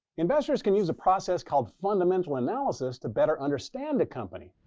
investors can use a process called fundamental analysis to better understand a company.